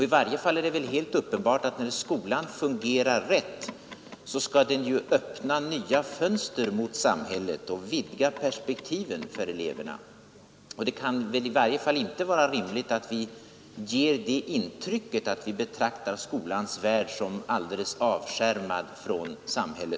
I varje fall är det väl helt uppenbart att när skolan fungerar rätt så skall den öppna nya fönster mot samhället och vidga perspektiven för eleverna. Det kan väl i varje fall inte vara rimligt att vi ger det intrycket att vi betraktar skolans värld som alldeles avskärmad från samhället.